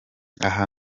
aha